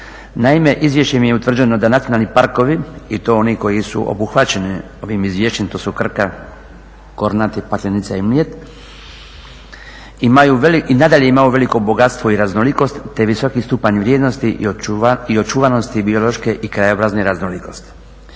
Naime, izvješćem je utvrđeno da nacionalni parkovi i to oni koji su obuhvaćeni ovim izvješćem, to su Krka, Kornati, Paklenica i Mljet, i nadalje imaju veliko bogatstvo i raznolikost te visoki stupanja vrijednosti i očuvanosti biološke i … raznolikosti.